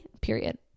period